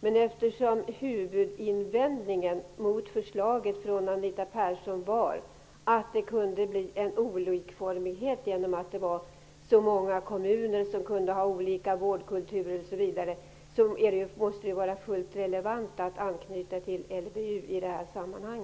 Men eftersom Anita Perssons huvudinvändning mot förslaget var att det kunde bli olikformighet genom att kommunerna kunde ha olika vårdkulturer, måste det var fullt relevant att anknyta till LVU i detta sammanhang.